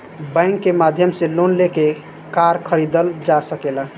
bank के माध्यम से लोन लेके कार खरीदल जा सकेला